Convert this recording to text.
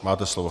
Máte slovo.